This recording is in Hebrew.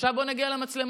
עכשיו בואו נגיע למצלמות.